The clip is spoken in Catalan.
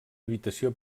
habitació